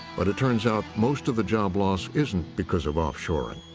but it turns out most of the job loss isn't because of offshoring.